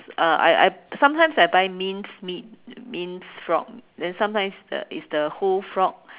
uh I I sometime I buy minced meat minced frog then sometime uh is the is the whole frog